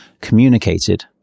communicated